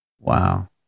wow